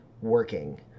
working